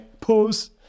pause